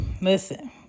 Listen